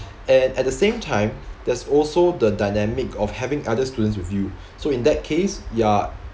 and at the same time there's also the dynamic of having other students with you so in that case you're